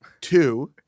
two